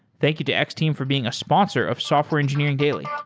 thank you to x-team for being a sponsor of software engineering daily yeah